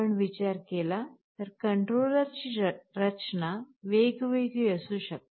आपण विचार केला तर controller ची रचना वेगवेगळी असू शकते